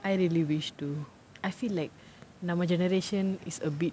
I really wish too I feel like நம்ம:namma generation is a bit